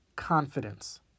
confidence